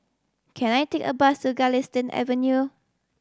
can I take a bus to Galistan Avenue